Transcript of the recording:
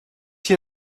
you